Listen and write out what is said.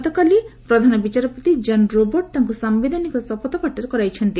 ଗତକାଲି ପ୍ରଧାନ ବିଚାରପତି ଜନ୍ ରୋବଟ ତାଙ୍କ ସାୟିଧାନିକ ଶପଥପାଠ କରାଇଛନ୍ତି